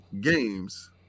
games